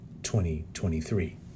2023